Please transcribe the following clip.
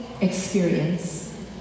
experience